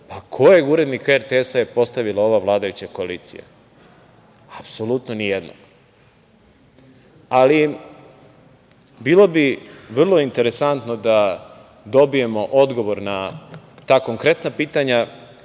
pa kojeg urednika RTS je postavila ova vladajuća koalicija? Apsolutno nijedna. Bilo bi vrlo interesantno da dobijemo odgovor na ta konkretna pitanja